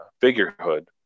figurehood